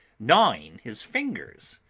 gnawing his fingers,